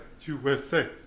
USA